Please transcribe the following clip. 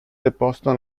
deposto